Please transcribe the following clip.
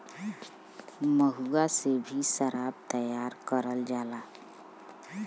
महुआ से भी सराब तैयार करल जाला